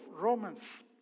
Romans